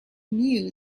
knew